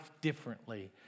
differently